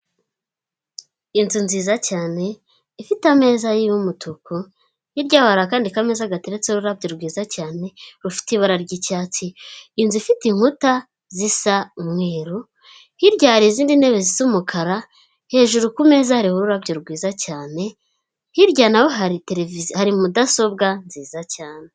Inzu nziza cyane ifite ameza y'umutuku, hirya yaho hari kandi kameza gateretseho ururabyo rwiza cyane rufite ibara ry'icyatsi, inzu ifite inkuta zisa umweru, hirya hari izindi ntebe zisa umukara hejuru kumeza hariho ururabyo rwiza cyane, hirya naho hari televiziyo, hari mudasobwa nziza cyane.